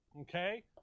okay